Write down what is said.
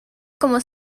como